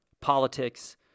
politics